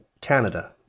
Canada